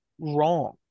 wrong